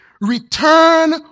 return